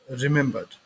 remembered